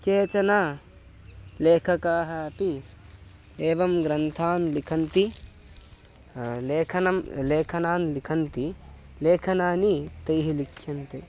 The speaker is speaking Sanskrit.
केचन लेखकाः अपि एवं ग्रन्थान् लिखन्ति लेखनं लेखनान् लिखन्ति लेखनानि तैः लिख्यन्ते